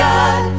God